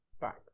back